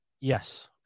yes